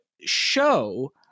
show